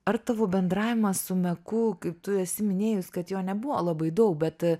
ar tavo bendravimas su meku kaip tu esi minėjus kad jo nebuvo labai daug bet